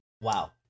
Wow